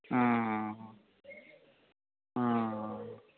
हाँ हाँ हाँ हाँ हाँ